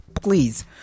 please